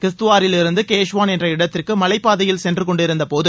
கிஸ்த்துவாரில் இருந்து கேஷ்வாள் என்ற இடத்திற்கு மலைப்பாதையில் சென்று கொண்டிருந்தபோது